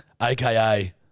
AKA